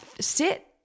Sit